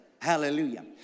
Hallelujah